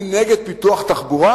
אני נגד פיתוח תחבורה?